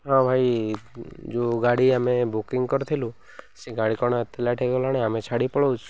ହଁ ଭାଇ ଯେଉଁ ଗାଡ଼ି ଆମେ ବୁକିଙ୍ଗ କରିଥିଲୁ ସେ ଗାଡ଼ି କ'ଣ ଏତେ ଲେଟ୍ ହେଇଗଲାଣି ଆମେ ଛାଡ଼ି ପଳାଉଛୁ